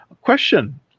question